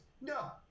No